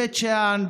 בבית שאן,